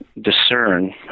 discern